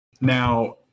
Now